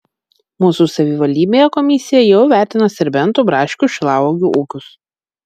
mūsų savivaldybėje komisija jau įvertino serbentų braškių šilauogių ūkius